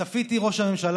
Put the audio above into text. צפיתי, ראש הממשלה,